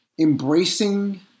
Embracing